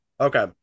Okay